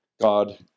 God